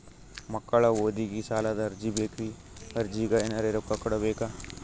ಮಕ್ಕಳ ಓದಿಗಿ ಸಾಲದ ಅರ್ಜಿ ಬೇಕ್ರಿ ಅರ್ಜಿಗ ಎನರೆ ರೊಕ್ಕ ಕೊಡಬೇಕಾ?